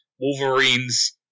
Wolverine's